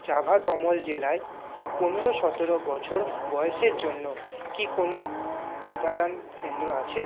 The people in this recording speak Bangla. যবতমাল জেলায় পনেরো সতেরো বছর বয়সের জন্য কি কোনো টিকাদান কেন্দ্র আছে